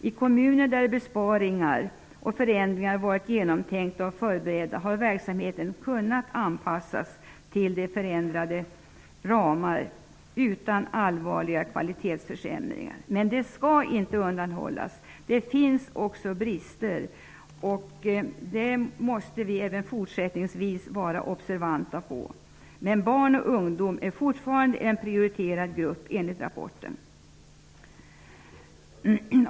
I kommuner där besparingar och förändringar har varit genomtänkta och förberedda har verksamheten kunnat anpssas till förändrade ramar utan allvarliga kvalitetsförsämringar, men det skall inte undanhållas att det också finns brister. Det måste vi även fortsättningsvis vara observanta på. Barn och ungdom är dock fortfarande en prioriterad grupp enligt rapporten.